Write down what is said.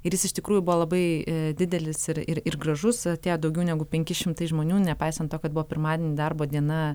ir jis iš tikrųjų buvo labai didelis ir ir ir gražus atėjo daugiau negu penki šimtai žmonių nepaisant to kad buvo pirmadienį darbo diena